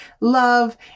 love